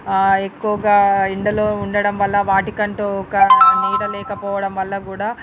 ఎక్కువగా ఎండలో ఉండడంవల్ల వాటికంటూ ఒక నీడ లేకపోవడంవల్ల గూడా